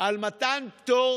על מתן פטור